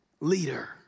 leader